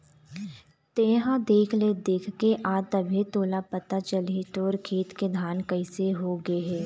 तेंहा देख ले देखके आ तभे तोला पता चलही तोर खेत के धान कइसे हो गे हे